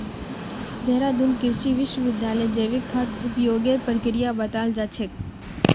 देहरादून कृषि विश्वविद्यालयत जैविक खाद उपयोगेर प्रक्रिया बताल जा छेक